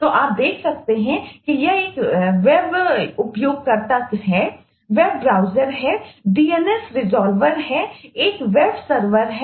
तो आप देख सकते हैं कि यह एक वेब हैं